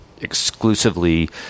exclusively